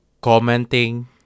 commenting